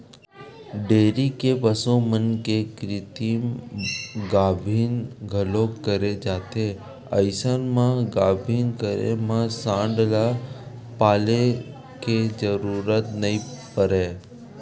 dairy के पसु मन के कृतिम गाभिन घलोक करे जाथे अइसन म गाभिन करे म सांड ल पाले के जरूरत नइ परय